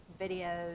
videos